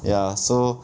ya so